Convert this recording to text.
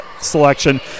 selection